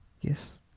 Yes